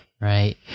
right